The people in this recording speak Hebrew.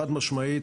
חד משמעית,